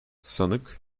sanık